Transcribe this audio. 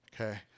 okay